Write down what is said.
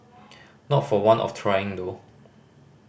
not for want of trying though